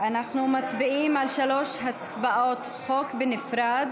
אנחנו מצביעים על שלוש הצעות חוק בנפרד.